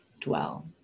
dwell